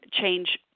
change